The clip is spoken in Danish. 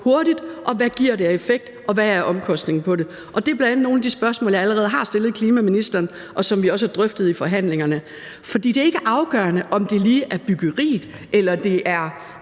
hurtigt, hvad det giver af effekt, og hvad omkostningen er for det. Det er bl.a. nogle af de spørgsmål, jeg allerede har stillet klima-, energi- og forsyningsministeren, og som vi også har drøftet i forhandlingerne. For det er ikke afgørende, om det lige er byggeriet eller det er